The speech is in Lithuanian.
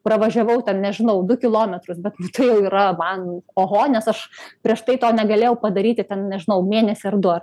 pravažiavau ten nežinau du kilometrus bet tai yra man oho nes aš prieš tai to negalėjau padaryti ten nežinau mėnesį ar du ar